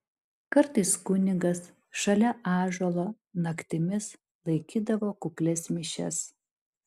kartais kunigas šalia ąžuolo naktimis laikydavo kuklias mišias